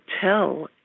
tell